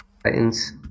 Titans